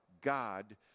God